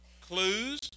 Clues